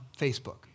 Facebook